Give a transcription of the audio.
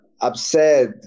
upset